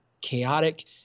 chaotic